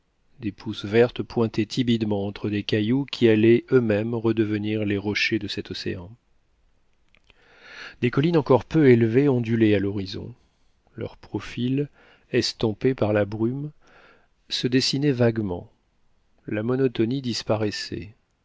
des pousses vertes pointaient timidement entre des cailloux qui allaient eux-mêmes redevenir les rochers de cet océan des collines encore peu élevées ondulaient à lhorizon leur profil estompé par la brume se dessinait vaguement la monotonie disparaissait